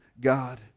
God